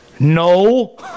No